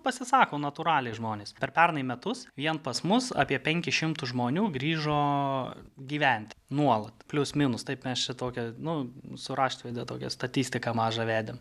pasisako natūraliai žmonės per pernai metus vien pas mus apie penkis šimtus žmonių grįžo gyventi nuolat plius minus taip mes čia tokia nu su raštvede tokią statistiką mažą vedėm